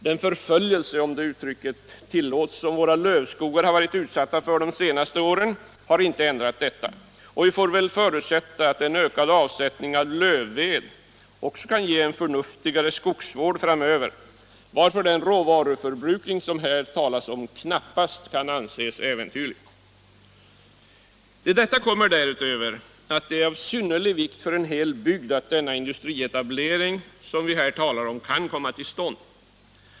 Den förföljelse — om det uttrycket tillåts — som våra lövskogar varit utsatta för under de senare åren har inte ändrat detta förhållande, och vi får väl förutsätta att en ökad avsättning av lövved också kan ge oss en förnuftigare skogsvård framöver, varför den råvaruförbrukning som det här talas om knappast kan anses äventyrlig. Till detta kommer att det är av synnerlig vikt för en hel bygd att denna industrietablering, som vi talar om, kan komma till stånd.